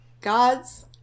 gods